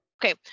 Okay